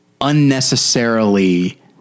unnecessarily